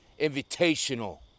Invitational